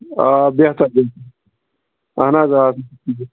آ بیٚہتر اَہَن حظ آ